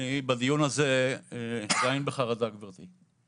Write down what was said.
אני בדיון הזה עדיין בחרדה, גברתי.